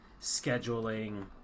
scheduling